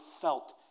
felt